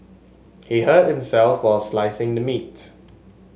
he hurt himself while slicing the meat